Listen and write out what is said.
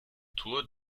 tour